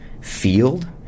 field